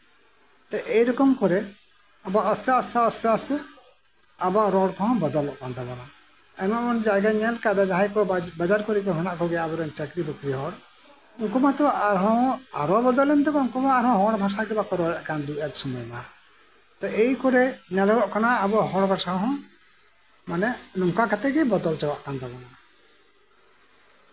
ᱮᱭ ᱨᱚᱠᱚᱢ ᱠᱚᱨᱮ ᱟᱥᱛᱮ ᱟᱥᱛᱮ ᱟᱵᱚᱣᱟᱜ ᱨᱚᱲ ᱠᱚᱦᱚᱸ ᱵᱚᱫᱚᱞᱚᱜ ᱠᱟᱱ ᱛᱟᱵᱳᱱᱟ ᱟᱭᱢᱟ ᱟᱭᱢᱟ ᱡᱟᱭᱜᱟᱧ ᱧᱮᱞ ᱠᱟᱫᱟ ᱡᱟᱸᱦᱟᱭ ᱠᱚ ᱵᱟᱡᱟᱨ ᱠᱚᱨᱮ ᱦᱚᱸ ᱢᱮᱱᱟᱜ ᱠᱚᱜᱮᱭᱟ ᱟᱵᱚ ᱨᱮᱱ ᱪᱟᱹᱠᱨᱤ ᱵᱟᱠᱨᱤ ᱦᱚᱲ ᱩᱱᱠᱩ ᱢᱟᱛᱚ ᱟᱨᱦᱚᱸ ᱵᱚᱫᱚᱞᱮᱱ ᱛᱟᱠᱚᱣᱟ ᱟᱨᱦᱚᱸ ᱦᱚᱲ ᱵᱷᱟᱥᱟ ᱜᱮ ᱵᱟᱠᱚ ᱨᱚᱲᱮᱫ ᱠᱟᱱ ᱚᱨᱫᱷᱮᱠ ᱥᱚᱢᱚᱭ ᱢᱟ ᱮᱭ ᱠᱚᱨᱮ ᱧᱮᱞᱚᱜᱚᱜ ᱠᱟᱱᱟ ᱟᱵᱚ ᱦᱚᱲ ᱵᱷᱟᱥᱟ ᱦᱚᱸ ᱢᱟᱱᱮ ᱱᱚᱝᱠᱟ ᱠᱟᱛᱮᱫ ᱜᱮ ᱵᱚᱫᱚᱞ ᱪᱟᱵᱟᱜ ᱠᱟᱱ ᱛᱟᱵᱳᱱᱟ